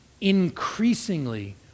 increasingly